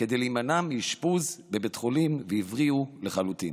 כדי להימנע מאשפוז בבית חולים, והבריאו לחלוטין.